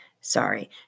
Sorry